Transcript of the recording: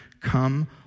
Come